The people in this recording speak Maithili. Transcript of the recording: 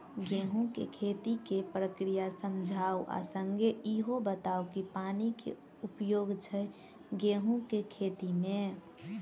गेंहूँ केँ खेती केँ प्रक्रिया समझाउ आ संगे ईहो बताउ की पानि केँ की उपयोग छै गेंहूँ केँ खेती में?